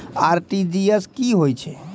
RTGS की होय छै?